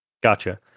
Gotcha